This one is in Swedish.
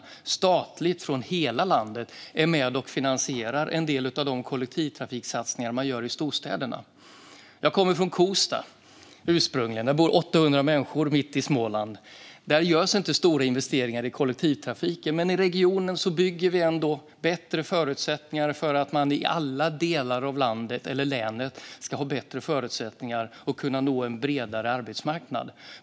Vi är då statligt, från hela landet, med och finansierar en del av de kollektivtrafiksatsningar man gör i storstäderna. Jag kommer ursprungligen från Kosta, mitt i Småland. Där bor 800 människor. Där görs inte stora investeringar i kollektivtrafiken, men i regionen bygger vi bättre förutsättningar för att man i alla delar av länet ska ha bättre förutsättningar att nå en större arbetsmarknad.